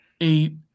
eight